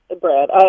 Brad